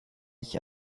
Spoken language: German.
ich